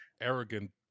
arrogant